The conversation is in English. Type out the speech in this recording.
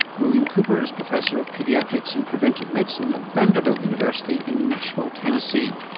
william cooper is professor of paediatrics and preventive medicine at vanderbilt university in nashville tennessee.